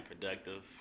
productive